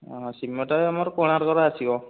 ହଁ ସିମେଣ୍ଟ ତ ଆମର କୋଣାର୍କର ଆସିବ